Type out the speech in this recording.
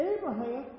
Abraham